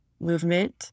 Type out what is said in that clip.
movement